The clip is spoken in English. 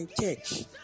Church